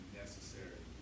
necessary